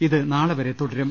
ഇത് നാളെ വരെ തുടരും